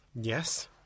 Yes